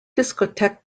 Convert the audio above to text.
discotheque